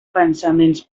pensaments